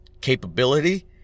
capability